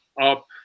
up